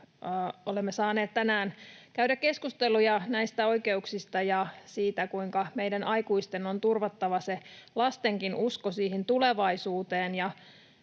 olemme saaneet tänään käydä keskusteluja näistä oikeuksista ja siitä, kuinka meidän aikuisten on turvattava se lastenkin usko tulevaisuuteen,